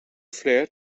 fler